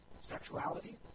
sexuality